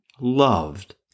loved